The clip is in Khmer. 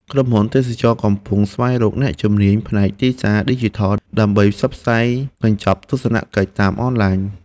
ក្រុមហ៊ុនទេសចរណ៍កំពុងស្វែងរកអ្នកជំនាញផ្នែកទីផ្សារឌីជីថល ដើម្បីផ្សព្វផ្សាយកញ្ចប់ទស្សនកិច្ចតាមអនឡាញ។